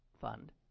fund